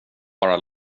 bara